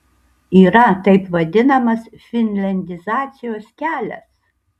yra taip vadinamas finliandizacijos kelias